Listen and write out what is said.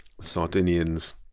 Sardinians